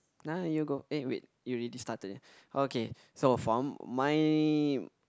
nah you go eh wait you already started already okay so from my